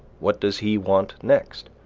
what does he want next?